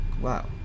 wow